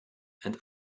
and